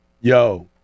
Yo